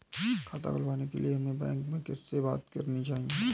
खाता खुलवाने के लिए हमें बैंक में किससे बात करनी चाहिए?